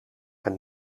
een